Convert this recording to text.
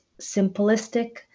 simplistic